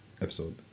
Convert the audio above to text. episode